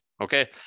Okay